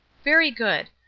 very good,